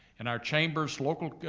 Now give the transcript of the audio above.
and our chambers, local,